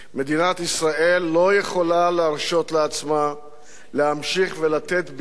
מדינת ישראל לא יכולה להרשות לעצמה להמשיך ולתת בידי